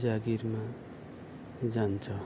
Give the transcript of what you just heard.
जागिरमा जान्छ